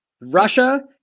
Russia